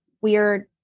weird